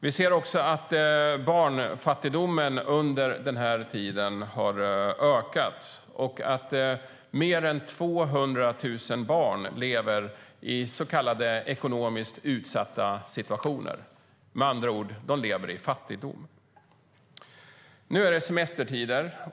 Vi ser också att barnfattigdomen under den här tiden har ökat och att mer än 200 000 barn lever i så kallade ekonomiskt utsatta situationer, med andra ord i fattigdom. Nu är det semestertider.